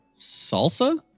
salsa